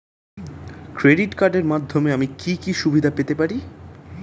Credit কার্ডের মাধ্যমে আমি কি কি সুবিধা পেতে পারি?